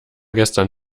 gestern